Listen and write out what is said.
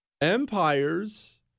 Empires